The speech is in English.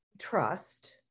trust